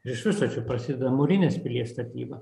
ir iš viso čia prasideda mūrinės pilies statyba